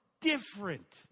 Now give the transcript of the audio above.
different